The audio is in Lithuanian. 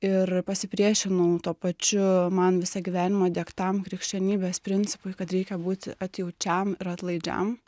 ir pasipriešinau tuo pačiu man visą gyvenimą diegtam krikščionybės principui kad reikia būti atjaučiam ir atlaidžiam